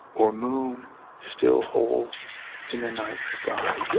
or moon still whole in the night sky.